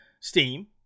Steam